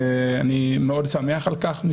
ואני שמח על כך מאוד,